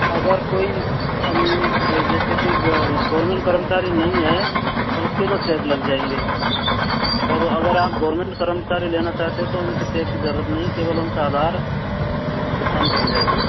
अगर कोई अन्य जैसे कोई गवर्मेंट कर्मचारी नहीं है तो उसके तो चैक लग जाएंगे और अगर आप गवर्मेंट कर्मचारी लेना चाहते हैं तो उनके चेक की जरूरत नहीं केवल उसका आधार से कम चल जाएगा